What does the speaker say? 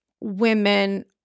women